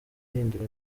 ahindura